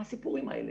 מה הסיפורים האלה?